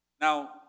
Now